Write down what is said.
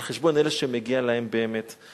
על חשבון אלה שמגיע להם באמת.